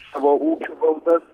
savo ūkių valdas